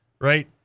Right